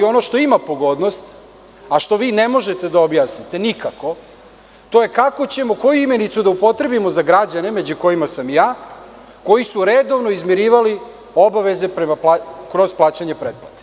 Ono što ima pogodnost, a što vi ne možete da objasnite nikako to je koju ćemo imenicu da upotrebimo za građane, među kojima sam i ja, koji su redovno izmirivali obaveze kroz plaćanje pretplate?